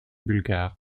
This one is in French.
bulgares